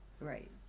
right